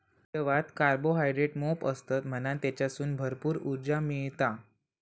जवात कार्बोहायड्रेट मोप असतत म्हणान तेच्यासून भरपूर उर्जा मिळता